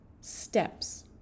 steps